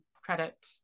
credit